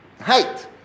height